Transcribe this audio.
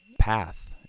path